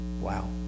Wow